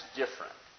different